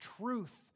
truth